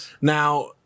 now